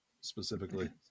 specifically